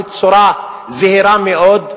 בצורה זהירה מאוד.